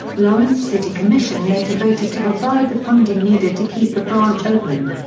lawrence city commission later voted to provide the funding needed to keep the branch open.